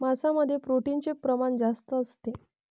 मांसामध्ये प्रोटीनचे प्रमाण जास्त असते